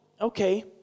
okay